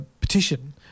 petition